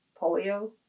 polio